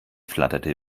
flatterte